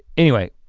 anyway,